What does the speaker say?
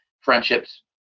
friendships